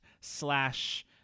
slash